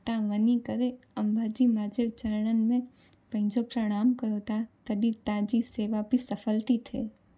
तव्हां वञी करे अम्बा जी माउ जे चरणनि में पंहिंजो प्रणाम कयो था तॾहिं तव्हां जी शेवा बि सफुल थी थिए